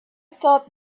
thought